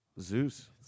Zeus